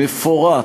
מפורט,